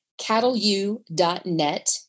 cattleu.net